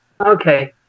Okay